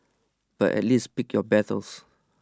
but at least pick your battles